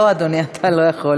לא, אדוני, אתה לא יכול.